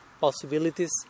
possibilities